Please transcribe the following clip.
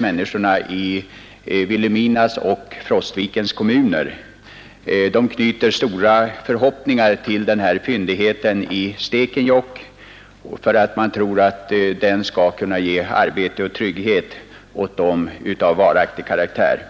Människorna i främst Vilhelmina kommun och Frostvikens kommun knyter stora förhoppningar till fyndigheten i Stekenjokk, som de tror skall kunna ge arbete och trygghet av varaktig karaktär.